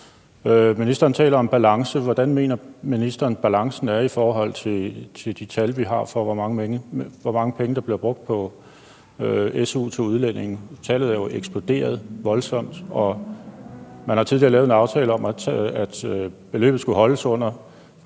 Ministeren taler om balance. Hvordan mener ministeren balancen er i forhold til de tal, vi har, for, hvor mange penge der bliver brugt på su til udlændinge? Tallet er jo eksploderet voldsomt, og man har tidligere lavet en aftale om, at beløbet skulle holdes under